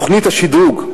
תוכנית השדרוג,